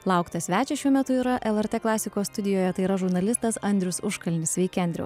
lauktas svečias šiuo metu yra lrt klasikos studijoje tai yra žurnalistas andrius užkalnis sveiki andriau